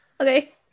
Okay